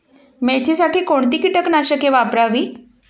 मेथीसाठी कोणती कीटकनाशके वापरावी?